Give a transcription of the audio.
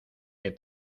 que